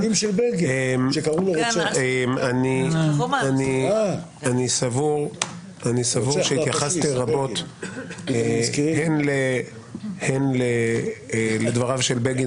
אני סבור שהתייחסתי רבות הן לדבריו של בגין